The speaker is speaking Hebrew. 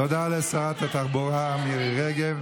תודה לשרת התחבורה מירי רגב.